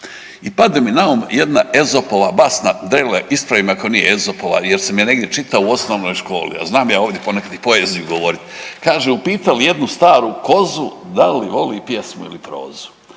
I pade mi na um jedna Ezopova basna, Drele ispravi me ako nije Ezopova jer sam je negdje čitao u osnovnoj školi, a znam ja ovdje ponekad i poeziju govoriti. Kaže, upitali jednu staru kozu da li voli pjesmu ili prozu,